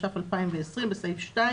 התש"ף-2020 בסעיף 2